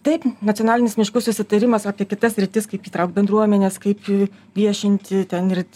taip nacionalinis miškų susitarimas apie kitas sritis kaip įtraukt bendruomenes kaip viešinti ten ir